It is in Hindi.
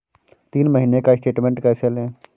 तीन महीने का स्टेटमेंट कैसे लें?